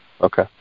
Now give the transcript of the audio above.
Okay